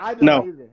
No